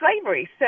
slavery